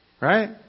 Right